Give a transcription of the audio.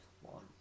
one